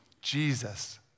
Jesus